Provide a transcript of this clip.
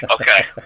Okay